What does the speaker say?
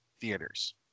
theaters